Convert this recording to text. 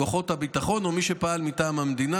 כוחות הביטחון או מי שפעל מטעם המדינה,